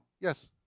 Yes